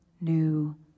new